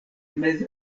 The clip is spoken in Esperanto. mez